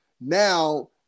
now